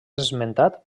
esmentat